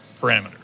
parameters